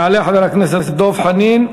יעלה חבר הכנסת דב חנין,